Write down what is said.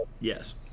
Yes